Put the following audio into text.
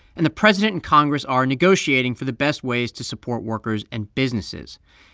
and the president and congress are negotiating for the best ways to support workers and businesses.